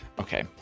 Okay